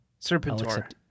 Serpentor